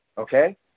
Okay